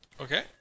Okay